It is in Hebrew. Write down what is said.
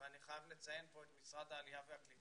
ואני חייב לציין כאן את משרד העבודה והקליטה,